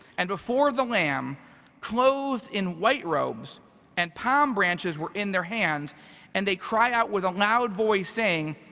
and before the lamb clothed in white robes and palm branches were in their hands and they cry out with a loud voice saying,